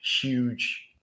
huge